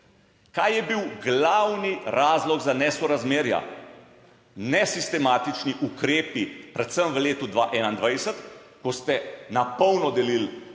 Kaj je bil glavni razlog za nesorazmerja? Nesistematični ukrepi predvsem v letu 2021, ko ste na polno delili